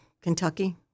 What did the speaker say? Kentucky